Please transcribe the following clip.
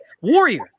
Warrior